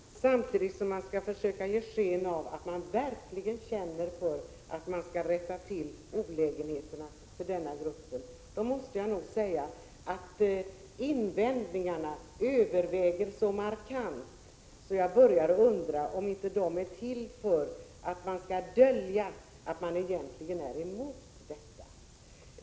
Herr talman! När jag hör alla dessa invändningar, samtidigt som man ger sken av att man verkligen känner för att vi skall rätta till olägenheterna för denna grupp, måste jag säga att invändningarna överväger så markant att jag börjar undra om inte de är till för att dölja att man egentligen är emot.